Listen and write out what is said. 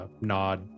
nod